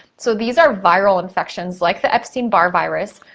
so, these are viral infections like the epstein-barr virus.